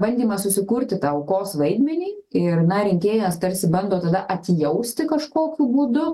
bandymas susikurti tą aukos vaidmenį ir na rinkėjas tarsi bando tada atjausti kažkokiu būdu